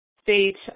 state